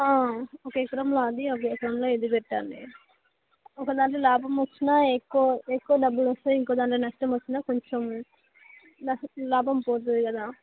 ఒక ఏకరంలో అది ఒక ఏకరంలో ఇది పెట్టండి ఒక దాంట్లో లాభం వచ్చినా ఎక్కువ ఎక్కువ డబ్బులొస్తాయి ఇంకో దాంట్లో నష్టం వచ్చినా కొంచెం న లాభం పోతుంది కదా